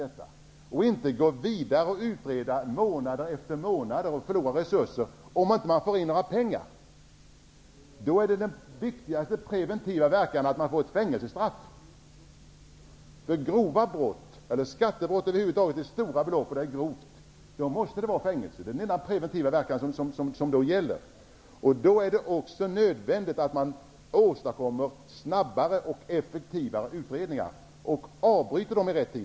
Man skall inte gå vidare och utreda månad efter månad och förlora resurser, om man inte får in några pengar. Då förlorar man den viktiga preventiva verkan av ett fängelsestraff. För grova brott -- när det gäller stora belopp vid skattebrott är brottet grovt -- måste påföljden bli fängelse. Endast ett fängelsestraff har preventiv verkan. Det förutsätter snabbare och effektivare utredningar och att man avbryter dem i rätt tid.